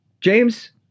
James